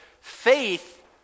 faith